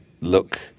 look